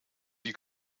die